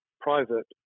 private